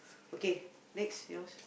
okay next yours